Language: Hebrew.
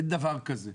אין דבר כזה.